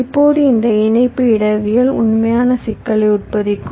இப்போது இந்த இணைப்பு இடவியல் உண்மையான சிக்கலை உட்பொதிக்கும்